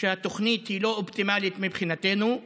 שהתוכנית היא לא אופטימלית מבחינתנו,